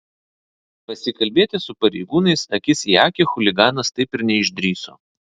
pasikalbėti su pareigūnais akis į akį chuliganas taip ir neišdrįso